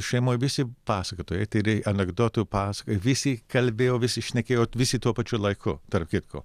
šeimoj visi pasakotojai tai yra anekdotų pasakoje visi kalbėjo visi šnekėjo visi tuo pačiu laiku tarp kitko